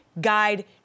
guide